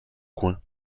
coins